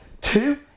Two